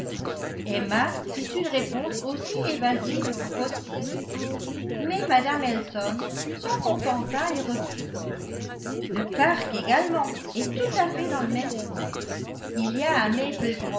emma fit une réponse aussi évasive que possible mais mme elton s'en contenta et reprit le parc également est tout à fait dans le même style il y a à